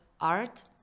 art